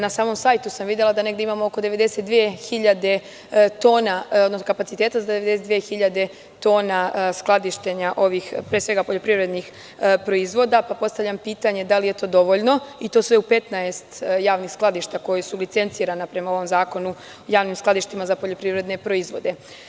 Na samom sajtu sam videla da imamo oko 92 hiljade tona kapaciteta skladištenja ovih, pre svega poljoprivrednih proizvoda, pa postavljam pitanje da li je to dovoljno i tu sve u 15 javnih skladišta koja su licencirana prema ovom zakonu o javnim skladištima za poljoprivredne proizvode.